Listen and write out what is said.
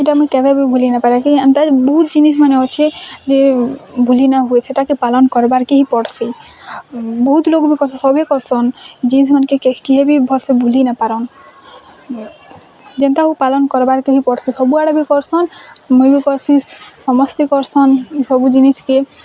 ଏଇଟା ମୁଇଁ କେବେ ନେହିଁ ଭୁଲି ପାରେ କି ଏନ୍ତା ବହୁତ ଜିନିଷ୍ମାନେ ଅଛେ ଯେ ଭୁଲି ନାଇଁ ହୁଏ ସେଟାକେ ପାଲନ୍ କର୍ବାର୍ କେ ହିଁ ପଡ଼୍ସି ବହୁତ୍ ଲୋକ୍ ବି କର୍ସି ସବେ କର୍ସନ୍ ଯିଏ ଯେନ୍କେ କି କିଏ ବି ଭଲ୍ସେ ଭୁଲି ନେଇଁ ପାରନ୍ ଯେନ୍ତା ହଉ ପାଲନ୍ କର୍ବାର୍ କେ ହିଁ ପଡ଼୍ସି ସବୁଆଡ଼େ ବି କର୍ସନ୍ ମୁଇଁ ବି କର୍ସି ସମସ୍ତେ କର୍ସନ୍ ସବୁ ଜିନିଷ୍କେ